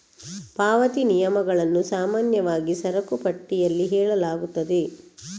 ಪಾವತಿ ನಿಯಮಗಳನ್ನು ಸಾಮಾನ್ಯವಾಗಿ ಸರಕು ಪಟ್ಟಿಯಲ್ಲಿ ಹೇಳಲಾಗುತ್ತದೆ